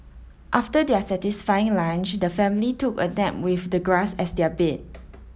after their satisfying lunch the family took a nap with the grass as their bed